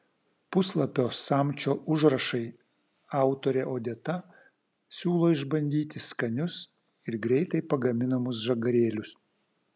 puslapio samčio užrašai autorė odeta siūlo išbandyti skanius ir greitai pagaminamus žagarėlius